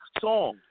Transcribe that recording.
song